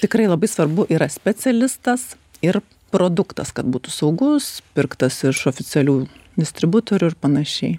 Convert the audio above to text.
tikrai labai svarbu yra specialistas ir produktas kad būtų saugus pirktas iš oficialių distributorių ir panašiai